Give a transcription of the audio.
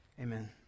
Amen